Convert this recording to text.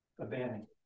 abandon